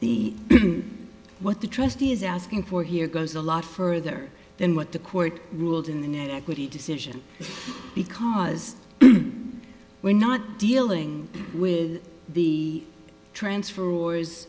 the what the trustee is asking for here goes a lot further than what the court ruled in the net equity decision because we're not dealing with the transfer